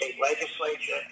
legislature